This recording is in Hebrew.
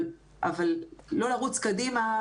אבל לא לרוץ קדימה,